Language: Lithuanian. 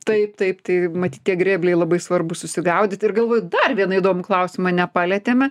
taip taip tai matyt tie grėbliai labai svarbu susigaudyt ir galvoju dar vieną įdomų klausimą nepalietėme